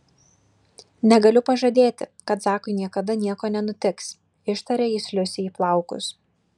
negaliu pažadėti kad zakui niekada nieko nenutiks ištarė jis liusei į plaukus